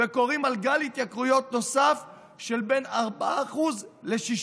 וקוראים על גל התייקרויות נוסף של בין 4% ל-16%.